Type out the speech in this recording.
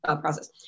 process